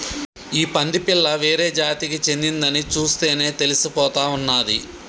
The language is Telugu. ఈ పంది పిల్ల వేరే జాతికి చెందిందని చూస్తేనే తెలిసిపోతా ఉన్నాది